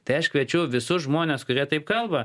tai aš kviečiu visus žmones kurie taip kalba